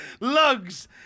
Lugs